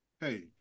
Hey